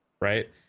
Right